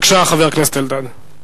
בבקשה, חבר הכנסת אלדד.